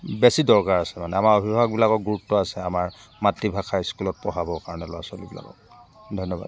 বেছি দৰকাৰ আছে মানে আমাৰ অভিভাৱকবিলাকৰ গুৰুত্ব আছে আমাৰ মাতৃভাষা স্কুলত পঢ়াবৰ কাৰণে ল'ৰা ছোৱালীবিলাকক ধন্যবাদ